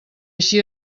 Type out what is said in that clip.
així